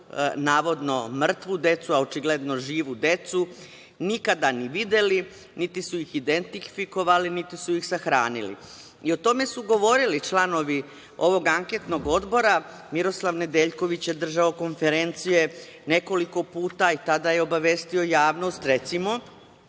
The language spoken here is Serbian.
navodno mrtvu decu, a očigledno živu decu, nikada ni videli, niti su ih identifikovali, niti su ih sahranili. O tome su govorili članovi Anketnog odbora. Miroslav Nedeljković je držao konferencije nekoliko puta i tada je obavestio javnost, recimo,